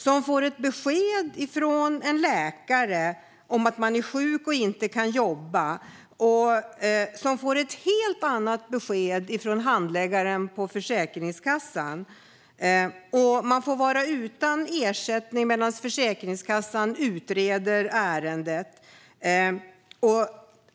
De får ett besked från läkare om att de är sjuka och inte kan jobba och ett helt annat från handläggaren på Försäkringskassan, och så får de vara utan ersättning medan Försäkringskassan utreder ärendet.